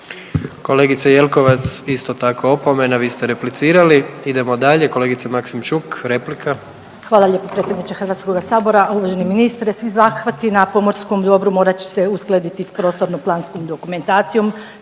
Kolegice Jelkovac, isto tako opomena, vi ste replicirali. Idemo dalje. Kolegica Maksimčuk, replika, izvolite. **Maksimčuk, Ljubica (HDZ)** Hvala lijepo predsjedniče HS-a. Uvaženi ministre, svi zahvati na pomorskom dobru morat će se uskladiti s prostorno-planskom dokumentacijom,